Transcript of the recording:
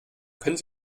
können